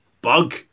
Bug